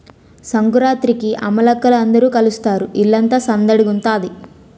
సంకురాత్రికి అమ్మలక్కల అందరూ కలుస్తారు ఇల్లంతా సందడిగుంతాది